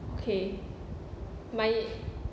okay my